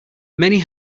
many